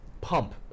pump